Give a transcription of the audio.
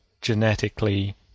genetically